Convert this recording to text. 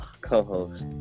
co-host